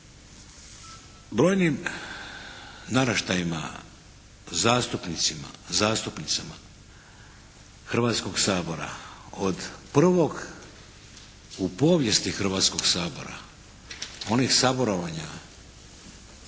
Brojnim naraštajima, zastupnicima, zastupnicama Hrvatskog sabora od prvog u povijesti Hrvatskog sabora, onih saborovanja